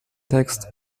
text